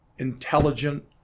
intelligent